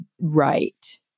right